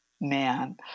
man